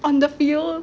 on the field